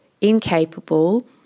incapable